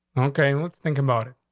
okay, let's think about it.